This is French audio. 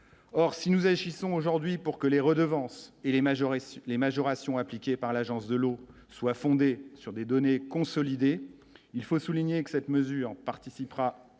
or si nous agissons aujourd'hui pour que les redevances et les majorations les majorations appliquée par l'Agence de l'eau soit fondée sur des données consolidées, il faut souligner que cette mesure participera